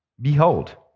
behold